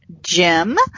Jim